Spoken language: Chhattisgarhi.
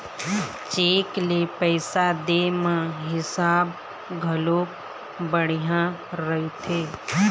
चेक ले पइसा दे म हिसाब घलोक बड़िहा रहिथे